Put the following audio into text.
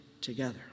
together